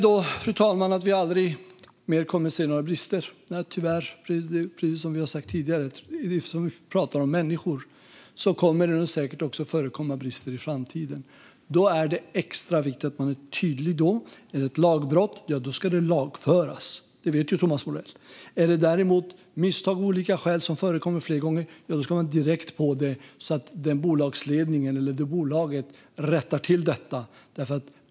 Innebär detta att vi aldrig mer kommer att se brister? Nej, eftersom vi talar om människor kommer det säkert att förekomma brister även i framtiden. Därför är det extra viktigt att vara tydlig. Är det ett lagbrott ska det lagföras, och det vet Thomas Morell. Sker det däremot upprepade misstag ska det påpekas så att bolaget rättar till det.